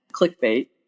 clickbait